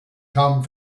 come